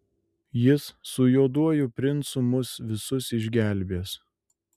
jis su juoduoju princu mus visus išgelbės